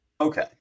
Okay